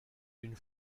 une